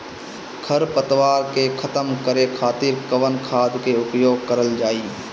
खर पतवार के खतम करे खातिर कवन खाद के उपयोग करल जाई?